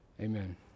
Amen